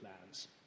plans